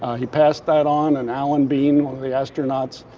he passed that on and alan bean, one of the astronauts,